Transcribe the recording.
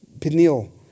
Peniel